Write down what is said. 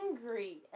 angry